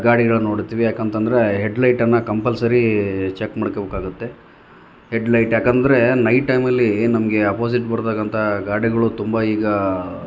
ಗಾಡಿಗಳನ್ನು ನೋಡುತ್ತೀವಿ ಯಾಕಂತಂದ್ರೆ ಹೆಡ್ಲೈಟನ್ನು ಕಂಪಲ್ಸರೀ ಚೆಕ್ ಮಾಡ್ಕೋಬೇಕಾಗತ್ತೆ ಹೆಡ್ಲೈಟ್ ಯಾಕೆಂದ್ರೆ ನೈಟ್ ಟೈಮಲ್ಲಿ ನಮಗೆ ಅಪೋಸಿಟ್ ಬರ್ತಕ್ಕಂಥ ಗಾಡಿಗಳು ತುಂಬ ಈಗ